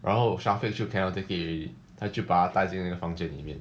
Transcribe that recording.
然后 syafiq 就 cannot take it already 他就把她带进那个房间里面